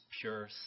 pure